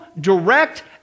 direct